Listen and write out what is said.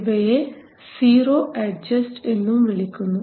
ഇവയെ zero adjust എന്നും വിളിക്കുന്നു